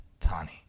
Tani